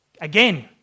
again